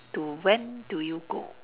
to when do you go